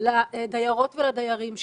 לדיירות ולדיירים שלהם.